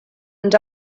and